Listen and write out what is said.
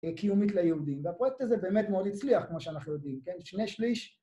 קיומית ליהודים. והפרויקט הזה באמת מאוד הצליח כמו שאנחנו יודעים, כן? שני שליש